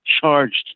charged